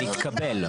התקבל.